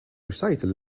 recital